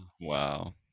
Wow